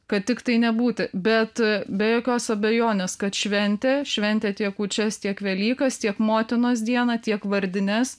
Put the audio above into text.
kad tiktai nebūti bet be jokios abejonės kad šventė šventė tiek kūčias tiek velykas tiek motinos dieną tiek vardines